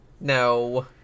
No